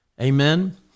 Amen